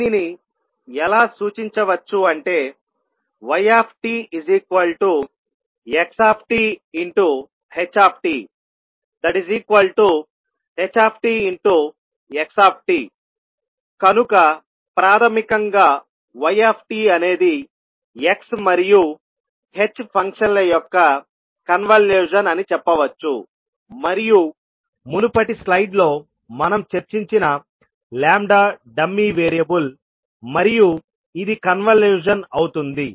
దీనిని ఎలా సూచించవచ్చు అంటే yt xththtxt కనుక ప్రాథమికంగా yt అనేది x మరియు h ఫంక్షన్ల యొక్క కన్వల్యూషన్ అని చెప్పవచ్చు మరియు మునుపటి స్లైడ్లో మనం చర్చించిన లాంబ్డా డమ్మీ వేరియబుల్ మరియు ఇది కన్వల్యూషన్ అవుతుంది